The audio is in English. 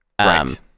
Right